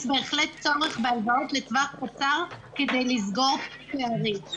יש בהחלט צורך בהלוואות לטווח קצר כדי לסגור פערים.